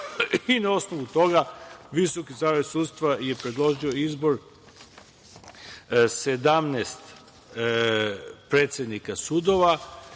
i na osnovu toga Visoki savet sudstva je predložio izbor 17 predsednika sudova